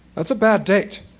that's a bad date.